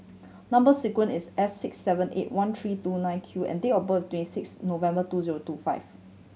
number sequence is S six seven eight one three two nine Q and date of birth twenty six November two zero two five